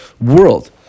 world